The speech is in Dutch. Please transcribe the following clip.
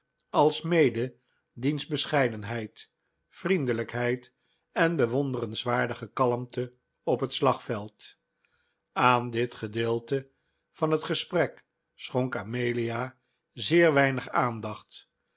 alsmede diens bescheidenheid vriendelijkheid en bewonderenswaardige kalmte op het slagveld aan dit gedeelte van het gesprek schonk amelia zeer weinig aandacht